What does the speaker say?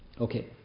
Okay